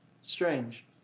strange